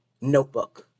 notebook